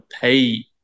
pay